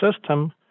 system